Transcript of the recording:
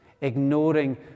ignoring